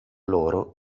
loro